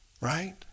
right